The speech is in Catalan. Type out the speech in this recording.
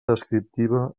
descriptiva